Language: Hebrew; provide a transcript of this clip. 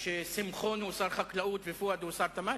ששמחון הוא שר החקלאות ופואד הוא שר התמ"ת?